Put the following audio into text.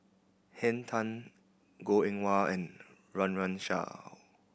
Henn Tan Goh Eng Wah and Run Run Shaw